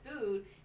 food